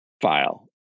file